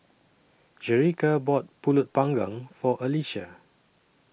Jerica bought Pulut Panggang For Alyssia